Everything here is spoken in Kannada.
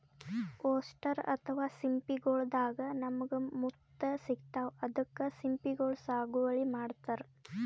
ಒಸ್ಟರ್ ಅಥವಾ ಸಿಂಪಿಗೊಳ್ ದಾಗಾ ನಮ್ಗ್ ಮುತ್ತ್ ಸಿಗ್ತಾವ್ ಅದಕ್ಕ್ ಸಿಂಪಿಗೊಳ್ ಸಾಗುವಳಿ ಮಾಡತರ್